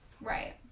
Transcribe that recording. Right